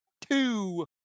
Two